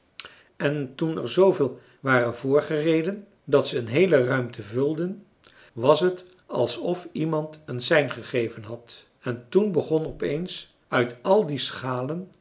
en toen er zooveel waren voorgereden dat ze een heele ruimte vulden was het alsof iemand een sein gegeven had en toen begon opeens uit al die schalen